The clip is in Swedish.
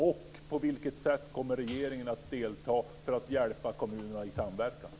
Och på vilket sätt kommer regeringen att delta för att hjälpa kommunerna i samverkan?